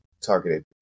targeted